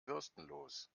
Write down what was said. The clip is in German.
bürstenlos